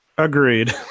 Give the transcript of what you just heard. Agreed